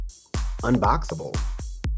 unboxable